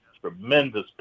tremendous